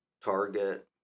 Target